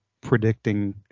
predicting